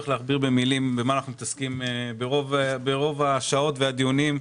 ובמה אנחנו מתעסקים ברוב השעות וברוב הדיונים?